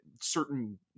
certain